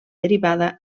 derivada